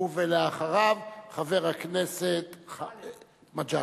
ואחריו, חבר הכנסת מג'אדלה.